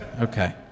okay